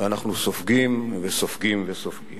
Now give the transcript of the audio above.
ואנחנו סופגים וסופגים וסופגים.